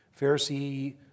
Pharisee